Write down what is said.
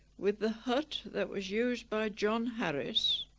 with the hut that was used by john harris.